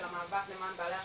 ובמאבק למען בעלי החיים.